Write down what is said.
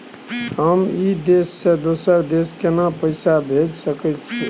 हम ई देश से दोसर देश केना पैसा भेज सके छिए?